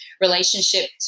relationship